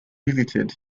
visited